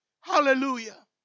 Hallelujah